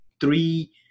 three